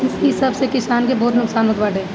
इ सब से किसान के बहुते नुकसान होत बाटे